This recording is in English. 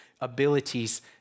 abilities